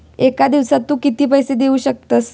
एका दिवसात तू किती पैसे देऊ शकतस?